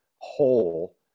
whole